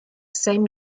same